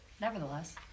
nevertheless